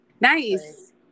Nice